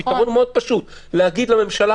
הפתרון הוא מאוד פשוט להגיד לממשלה